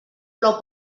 plou